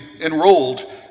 enrolled